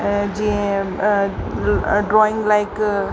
ऐं जीअं drawing like